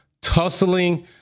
tussling